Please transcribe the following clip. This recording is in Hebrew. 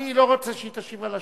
אני לא רוצה שהיא תשיב על השאלה,